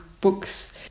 books